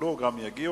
כשישאלו גם יגיעו.